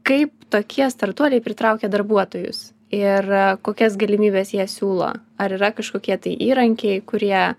kaip tokie startuoliai pritraukia darbuotojus ir kokias galimybes jie siūlo ar yra kažkokie tai įrankiai kurie